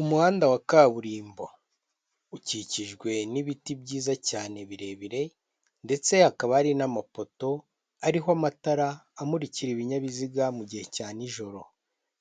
Umuhanda wa kaburimbo, ukikijwe n'ibiti byiza cyanebirebire ndetse hakaba hari n'amapoto ariho amatara amurikira ibinyabiziga mu gihe cya nijoro,